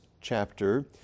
chapter